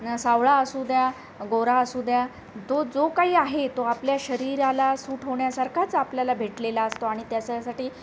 न सावळा असू द्या गोरा असू द्या तो जो काही आहे तो आपल्या शरीराला सूट होण्यासारखाच आपल्याला भेटलेला असतो आणि त्याच्यासाठी